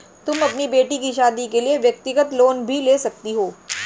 तुम अपनी बेटी की शादी के लिए व्यक्तिगत लोन भी ले सकती हो